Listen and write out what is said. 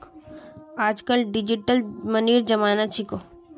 आजकल डिजिटल मनीर जमाना छिको